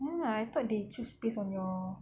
no lah I thought they choose based on your